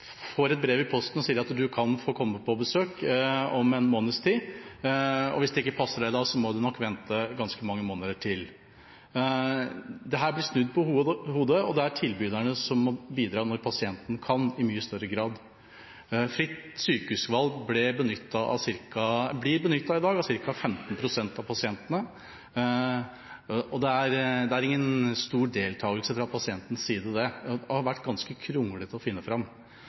kan få komme på besøk om en måneds tid, og hvis det ikke passer en da, må man nok vente ganske mange måneder til. Dette blir snudd på hodet, og det er tilbyderne som i mye større grad må bidra når pasienten kan. Fritt sykehusvalg blir i dag benyttet av ca. 15 pst. av pasientene – det er ingen stor deltakelse fra pasientens side. Det har vært ganske kronglete å finne fram.